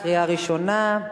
קריאה ראשונה.